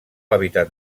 hàbitat